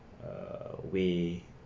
err way